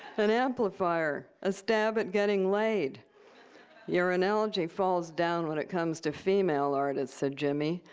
an amplifier, a stab at getting laid your analogy falls down when it comes to female artists said jimmy.